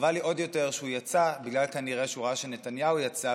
חבל לי עוד יותר שהוא יצא כנראה בגלל שהוא ראה שנתניהו יצא,